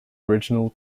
original